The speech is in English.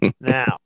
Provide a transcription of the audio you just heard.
now